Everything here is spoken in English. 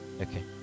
Okay